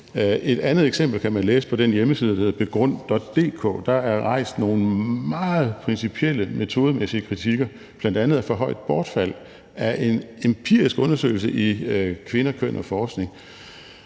Et andet eksempel kan man læse på den hjemmeside, der hedder www.begrund.dk. Der er rejst nogle meget principielle metodemæssige kritikker, bl.a. i forhold til for højt bortfald, af en empirisk undersøgelse i Kvinder, Køn & Forskning.